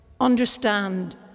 understand